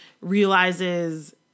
realizes